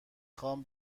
خوام